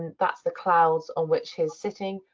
that's the clouds on which he's sitting,